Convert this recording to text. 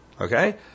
Okay